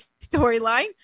storyline